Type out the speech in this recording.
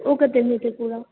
ओ कतेमे हेतै पूरा